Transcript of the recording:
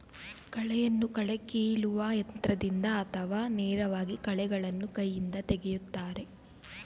ಕಳೆಯನ್ನು ಕಳೆ ಕೀಲುವ ಯಂತ್ರದಿಂದ ಅಥವಾ ನೇರವಾಗಿ ಕಳೆಗಳನ್ನು ಕೈಯಿಂದ ತೆಗೆಯುತ್ತಾರೆ